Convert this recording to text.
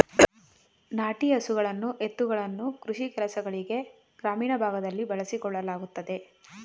ನಾಟಿ ಹಸುಗಳನ್ನು ಎತ್ತುಗಳನ್ನು ಕೃಷಿ ಕೆಲಸಗಳಿಗೆ ಗ್ರಾಮೀಣ ಭಾಗದಲ್ಲಿ ಬಳಸಿಕೊಳ್ಳಲಾಗುತ್ತದೆ